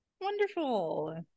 Wonderful